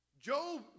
Job